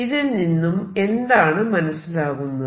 ഇതിൽ നിന്നും എന്താണ് മനസിലാകുന്നത്